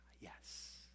yes